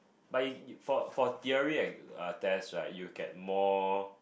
but for for theory and uh test right you get more